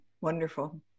wonderful